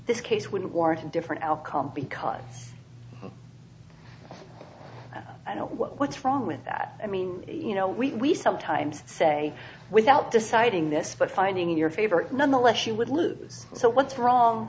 this case would warrant a different outcome because i know what's wrong with that i mean you know we sometimes say without deciding this but finding in your favor nonetheless you would lose so what's wrong